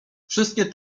wszystkie